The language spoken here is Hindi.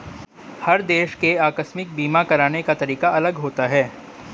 हर देश के आकस्मिक बीमा कराने का तरीका अलग होता है